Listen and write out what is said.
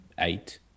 eight